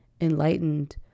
enlightened